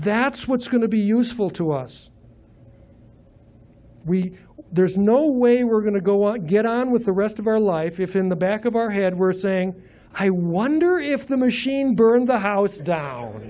that's what's going to be useful to us we were there's no way we're going to go out get on with the rest of our life if in the back of our head we're saying i wonder if the machine burned the house down